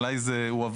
אליי זה הועבר,